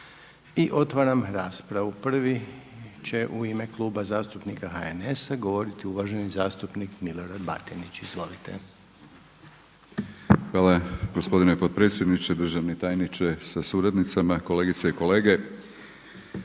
Otvaram raspravu. Prvi će u ime Kluba zastupnika HNS-a govoriti uvaženi zastupnik Milorad Batinić. Izvolite. **Batinić, Milorad (HNS)** Hvala gospodine potpredsjedniče. Državni tajniče sa suradnicama, kolegice i kolege.